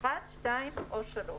(1), (2) או (3)"